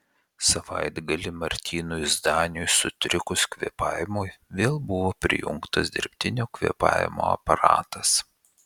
savaitgalį martynui zdaniui sutrikus kvėpavimui vėl buvo prijungtas dirbtinio kvėpavimo aparatas